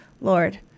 Lord